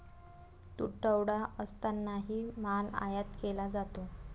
तुटवडा असतानाही माल आयात केला जातो